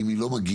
אם היא לא מגיעה,